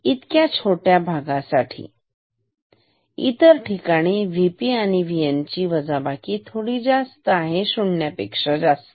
इतक्या छोट्या भागासाठी इतर ठिकाणी V P आणि V N ची वजाबाकी थोडी जास्त आहे शून्या पेक्षा जास्त